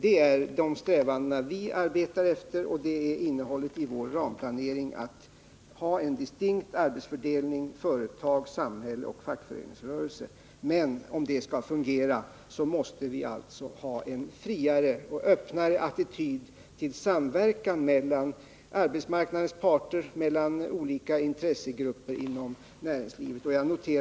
Det är de strävanden vi har. Innehållet i vår ramplanering är en distinkt arbetsfördelning mellan företag, samhälle och fackföreningsrörelse. Men om det skall fungera måste vi ha en friare och öppnare attityd till samverkan mellan arbetsmarknadens parter och olika intressegrupper inom näringslivet.